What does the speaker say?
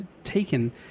taken